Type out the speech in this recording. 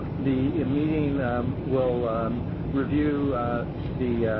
the meeting will review the